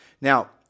now